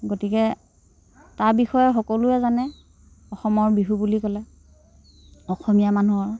গতিকে তাৰ বিষয়ে সকলোৱে জানে অসমৰ বিহু বুলি ক'লে অসমীয়া মানুহৰ